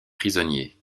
prisonniers